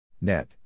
Net